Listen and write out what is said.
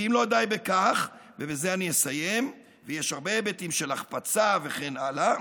ואם לא די בכך, יש הרבה היבטים של החפצה וכן הלאה.